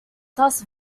thus